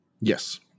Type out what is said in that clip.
Yes